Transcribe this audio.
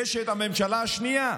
יש את הממשלה השנייה,